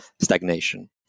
stagnation